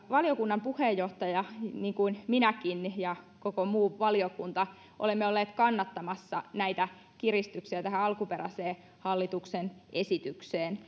valiokunnan puheenjohtaja niin kuin minäkin ja koko muu valiokunta olemme olleet kannattamassa näitä kiristyksiä alkuperäiseen hallituksen esitykseen